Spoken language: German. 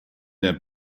der